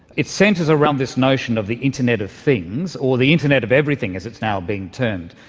it centres around this notion of the internet of things, or the internet of everything, as it's now being termed.